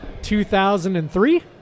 2003